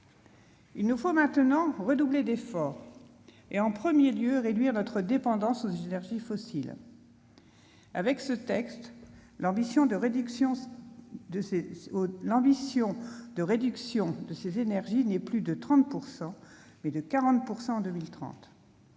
Il nous faut maintenant redoubler d'efforts, et, en premier lieu, réduire notre dépendance aux énergies fossiles. Avec ce texte, l'ambition de réduction de ces énergies est non plus de 30 %, mais de 40 % d'ici